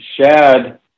Shad